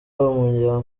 umunya